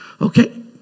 Okay